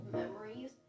memories